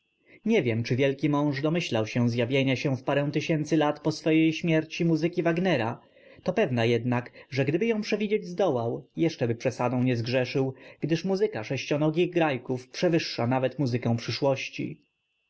nie wiem czy wielki mąż domyślał się zjawienia w parę tysięcy lat po swej śmierci muzyki wagnera to pewna jednak że gdyby ją przewidzieć zdołał jeszczeby przesadą nie zgrzeszył gdyż muzyka sześcionogich grajków przewyższa nawet muzykę przyszłości